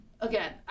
again